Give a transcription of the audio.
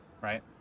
Right